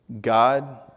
God